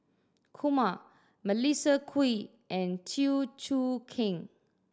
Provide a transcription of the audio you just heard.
Kumar Melissa Kwee and Chew Choo Keng